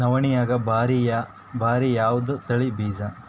ನವಣಿಯಾಗ ಭಾರಿ ಯಾವದ ತಳಿ ಬೀಜ?